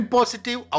Positive